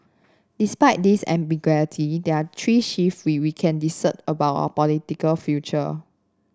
despite this ambiguity there are three shift which we can discern about our political future